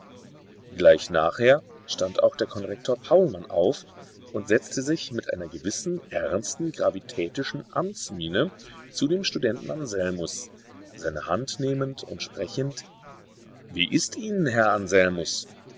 gleich nachher stand auch der konrektor paulmann auf und setzte sich mit einer gewissen ernsten gravitätischen amtsmiene zu dem studenten anselmus seine hand nehmend und sprechend wie ist ihnen herr anselmus